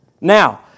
Now